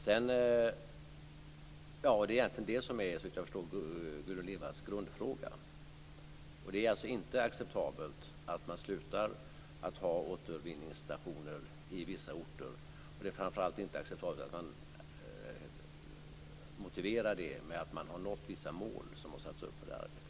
Såvitt jag förstår handlar Gudrun Lindvalls grundfråga om det här. Det är alltså inte acceptabelt att man slutar med återvinningsstationer på vissa orter. Det är framför allt inte acceptabelt att man motiverar det med att man har nått vissa mål som har satts upp för det här arbetet.